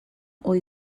ohi